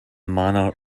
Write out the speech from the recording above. manner